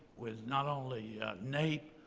with not only naep,